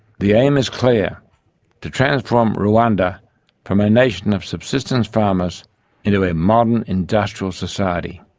the aim is clear to transform rwanda from a nation of subsistence farmers into a modern, industrial society.